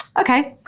okay,